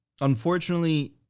Unfortunately